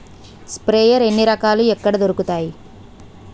Sprayer ఎన్ని రకాలు? ఎక్కడ దొరుకుతాయి?